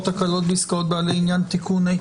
(הקלות בעסקאות בעלי עניין) (תיקוןׂ),